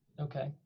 Okay